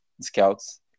scouts